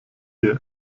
dir